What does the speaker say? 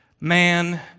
man